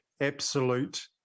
absolute